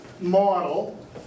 model